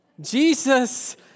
Jesus